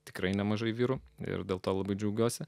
tikrai nemažai vyrų ir dėl to labai džiaugiuosi